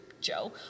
Joe